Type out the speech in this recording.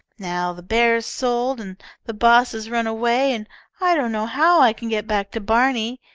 now the bear's sold and the boss has run away, and i don't know how i can get back to barney.